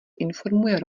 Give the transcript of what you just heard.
informuje